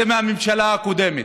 מהממשלה הקודמת,